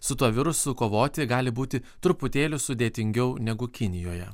su tuo virusu kovoti gali būti truputėlį sudėtingiau negu kinijoje